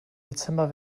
dezember